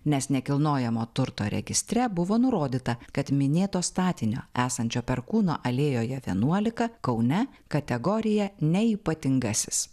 nes nekilnojamo turto registre buvo nurodyta kad minėto statinio esančio perkūno alėjoje vienuolika kaune kategorija neypatingasis